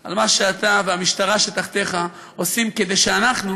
על מה שאתה והמשטרה שתחתיך עושים כדי שאנחנו